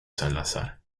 salazar